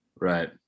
Right